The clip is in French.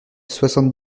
soixante